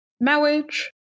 Marriage